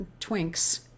Twinks